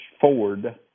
Ford